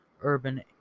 urban